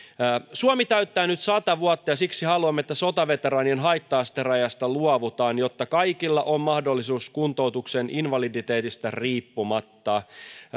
suomi täyttää nyt sata vuotta ja siksi haluamme että sotaveteraanien haitta asterajasta luovutaan jotta kaikilla on mahdollisuus kuntoutukseen invaliditeetista riippumatta